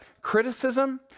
criticism